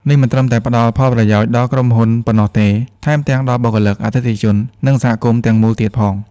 នេះមិនត្រឹមតែផ្ដល់ផលប្រយោជន៍ដល់ក្រុមហ៊ុនប៉ុណ្ណោះទេ ថែមទាំងដល់បុគ្គលិក អតិថិជន និងសហគមន៍ទាំងមូលទៀតផង។